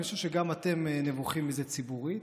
אני חושב שגם אתם נבוכים מזה ציבורית.